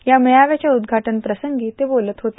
या मेछाव्याच्या उद्घाटन प्रसंगी ते बोलत होते